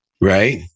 right